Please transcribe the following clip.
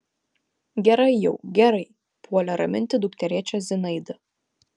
gerai jau gerai puolė raminti dukterėčią zinaida